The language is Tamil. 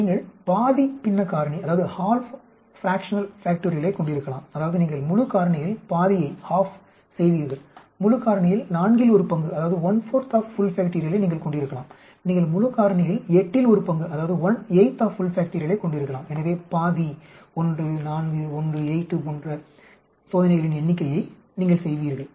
நீங்கள் பாதி பின்ன காரணிகளைக் கொண்டிருக்கலாம் அதாவது நீங்கள் முழு காரணியில் பாதியை செய்வீர்கள் முழு காரணியில் நான்கில் ஒரு பங்கை நீங்கள் கொண்டிருக்கலாம் நீங்கள் முழு காரணியில் எட்டில் ஒரு பங்கைக் கொண்டிருக்கலாம் எனவே பாதி1 4 1 8 போன்ற சோதனைகளின் எண்ணிக்கையை நீங்கள் செய்வீர்கள்